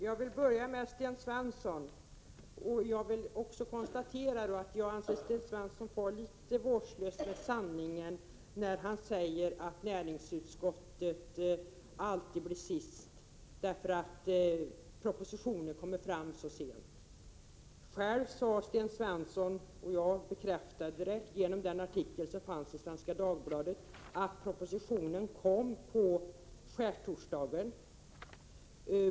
Fru talman! Jag vill säga några ord till Sten Svensson. Jag konstaterar att Sten Svensson far litet vårdslöst fram med sanningen när han säger att näringsutskottet alltid blir sist, eftersom propositionerna läggs fram så sent. Sten Svensson sade själv — och det kunde jag bekräfta med hänvisning till artikeln i Svenska Dagbladet — att propositionen framlades på skärtorsdagen.